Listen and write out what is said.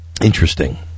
Interesting